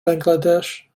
bangladesh